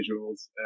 visuals